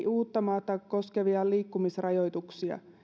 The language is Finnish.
uuttamaata koskevia liikkumisrajoituksia